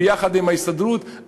יחד עם ההסתדרות,